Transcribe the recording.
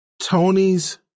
Tony's